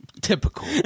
Typical